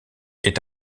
est